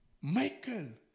Michael